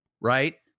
right